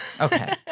okay